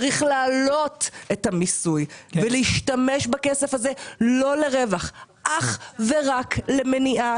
צריך להעלות את המיסוי ולהשתמש בכסף הזה לא לרווח אלא אך רוק למניעה